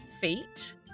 feet